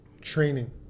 training